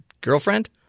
girlfriend